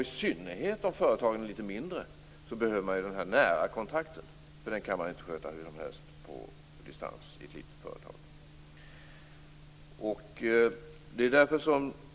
I synnerhet de företag som är litet mindre behöver den här nära kontakten. Den kan man inte sköta hur som helst på distans i ett litet företag.